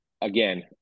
again